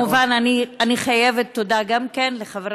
כמובן אני חייבת תודה גם לחברתי,